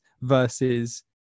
versus